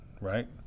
right